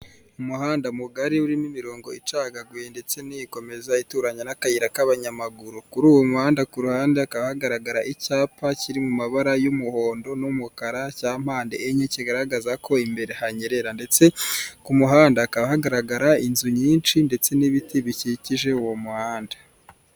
Umuhanda mugari urimo imirongo icagaguye ndetse n'iyikomeza ituranya n'akayira k'abanyamaguru, kuri uwo muhanda ku ruhande hakaba hagaragara icyapa kiri mu mabara y'umuhondo n'umukara cya mpande enye kigaragaza ko imbere hanyerera, ndetse ku muhanda hakaba hagaragara inzu nyinshi ndetse n'ibiti bikikije uwo muhanda.